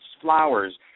flowers